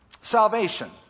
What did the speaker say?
Salvation